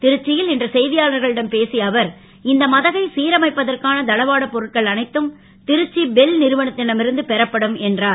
ருச்சி ல் இன்று செ யாளர்களிடம் பேசிய அவர் இந்த மதகை சிரமைப்பதற்கான தளவாடப் பொருட்கள் அனைத்தும் ருச்சி பிஎச்எல் றுவனத் டம் இருந்து பெறப்படும் என்றார்